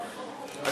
כי,